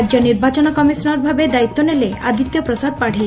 ରାକ୍ୟ ନିର୍ବାଚନ କମିଶନର୍ ଭାବେ ଦାୟିତ୍ୱ ନେଲେ ଆଦିତ୍ୟ ପ୍ରସାଦ ପାତ୍ତୀ